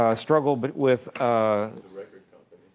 ah struggle but with ah the record company.